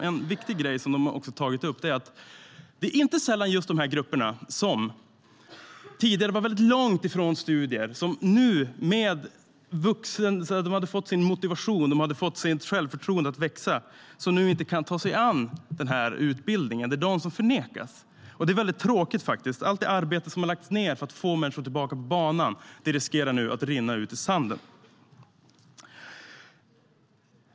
En viktig sak som de också har tagit upp är att det inte sällan är just de här grupperna - som tidigare var långt ifrån studier - som nu, när de hade fått sin motivation och fått sitt självförtroende att växa, inte kan ta sig an den här utbildningen. Det är de som förnekas detta. Det är väldigt tråkigt, med allt det arbete som har lagts ned på att få människor tillbaka på banan. Det riskerar nu att rinna ut i sanden.